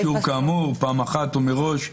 "כאמור יינתן פעם אחת ומראש"